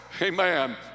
Amen